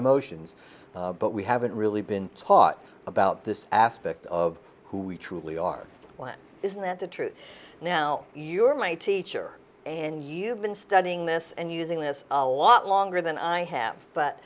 emotions but we haven't really been taught about this aspect of who we truly are isn't that the truth now you're my teacher and you've been studying this and using this a lot longer than i have but